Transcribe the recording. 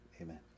Amen